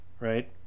right